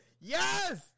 Yes